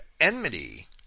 enmity